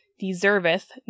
deserveth